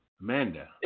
Amanda